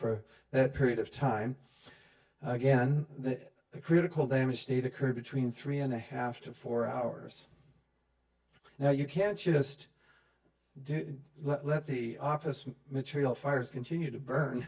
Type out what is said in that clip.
for that period of time again the critical damage state occurred between three and a half to four hours now you can't you just let the office material fires continue to burn